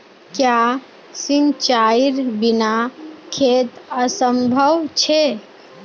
क्याँ सिंचाईर बिना खेत असंभव छै?